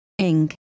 Inc